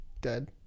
dead